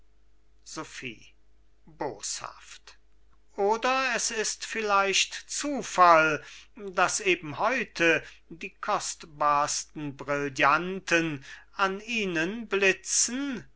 oder ist es vielleicht zufall daß eben heute die kostbarsten brillanten an ihnen blitzen